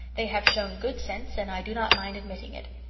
they have shown good sense and i do not mind admitting it.